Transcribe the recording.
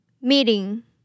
Meeting